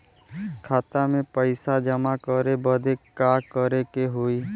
खाता मे पैसा जमा करे बदे का करे के होई?